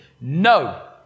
No